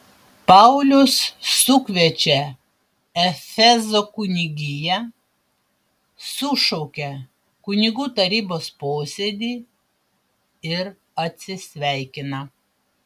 paulius sukviečia efezo kunigiją sušaukia kunigų tarybos posėdį ir atsisveikina